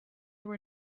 were